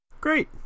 Great